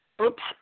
oops